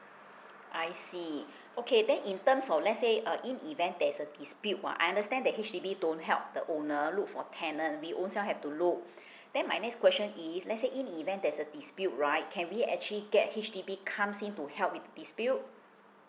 I see okay then in terms of let's say uh in event there's a dispute [one] I understand that H_D_B don't help the owner look for tenant we also have to look then my next question is let's say in the event there's a dispute right can we actually get H_D_B comes in to help with the dispute